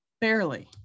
Barely